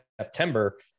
September